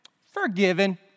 forgiven